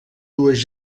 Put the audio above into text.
dues